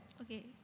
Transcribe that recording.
Okay